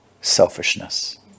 selfishness